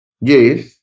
Yes